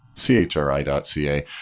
chri.ca